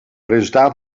resultaat